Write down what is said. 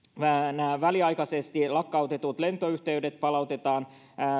nämä väliaikaisesti lakkautetut lentoyhteydet palautetaan